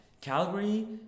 Calgary